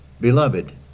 Beloved